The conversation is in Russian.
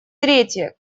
третье